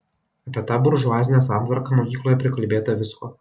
apie tą buržuazinę santvarką mokykloje prikalbėta visko